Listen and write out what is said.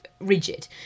Rigid